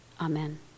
Amen